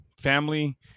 family